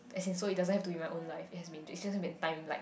as in so it doesn't have to be my own life it has been just been time like